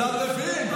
השר לוין.